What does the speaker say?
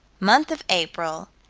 month of april,